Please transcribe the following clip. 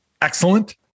excellent